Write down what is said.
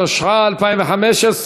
התשע"ה 2015,